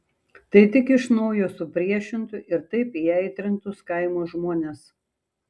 tai tik iš naujo supriešintų ir taip įaitrintus kaimo žmones